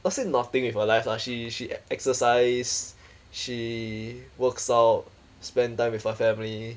not say nothing with her life lah she she exercise she works out spend time with her family